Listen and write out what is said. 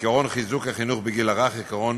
עקרון חיזוק החינוך בגיל הרך, עקרון